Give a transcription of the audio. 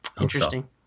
interesting